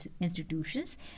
institutions